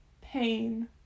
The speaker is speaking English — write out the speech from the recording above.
Pain